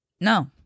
No